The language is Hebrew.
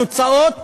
התוצאות